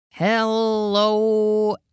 Hello